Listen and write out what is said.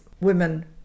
women